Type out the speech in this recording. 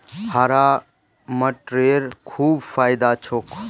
हरा मटरेर खूब फायदा छोक